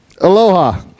Aloha